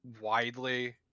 widely